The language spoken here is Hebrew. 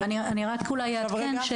אני רק אולי אעדכן,